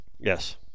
Yes